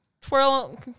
twirl